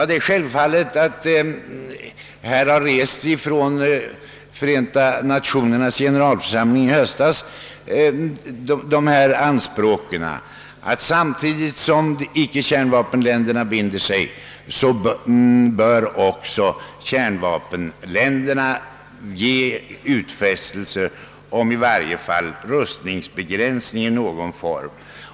Det är naturligt att Förenta Nationernas generalförsamling i höstas reste kravet, att samtidigt som icke-kärnvapenländerna binder sig, så måste kärnvapenländerna ge utfästelser i varje fall om någon form av rustningsbegränsning.